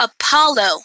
Apollo